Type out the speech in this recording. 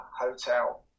hotel